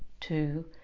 two